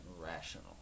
rational